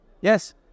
Yes